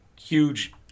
huge